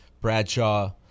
Bradshaw –